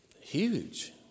huge